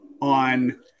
on